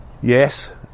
Yes